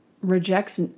rejects